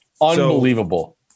Unbelievable